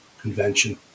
Convention